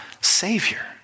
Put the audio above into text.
Savior